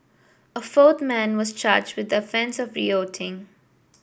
a fourth man was charged with the offence of rioting